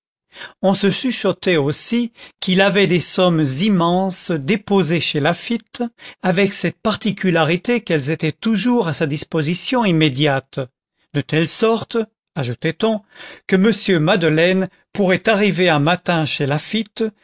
on se chuchotait aussi qu'il avait des sommes immenses déposées chez laffitte avec cette particularité qu'elles étaient toujours à sa disposition immédiate de telle sorte ajoutait on que m madeleine pourrait arriver un matin chez